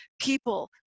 people